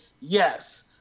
Yes